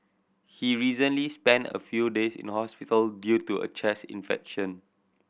he recently spent a few days in hospital due to a chest infection